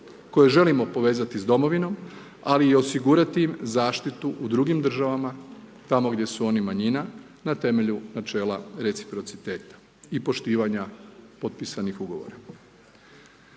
koji želimo povezati s domovinom, ali i osigurati im zaštitu u drugim državama, tamo gdje su oni manjina, na temelju načelu reciprociteta i poštivanja potpisanih ugovora.